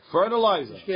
Fertilizer